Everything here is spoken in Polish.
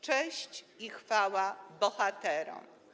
Cześć i chwała bohaterom!